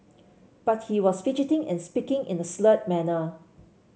but he was fidgeting and speaking in a slurred manner